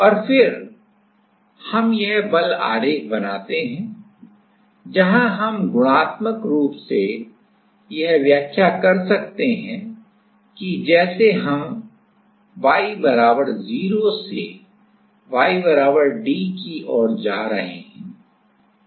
और फिर हम यह बल आरेख बनाते हैं जहां हम गुणात्मक रूप से यह व्याख्या कर सकते हैं जैसे हम y 0 से y d की ओर जा रहे हैं सही